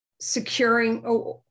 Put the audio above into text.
securing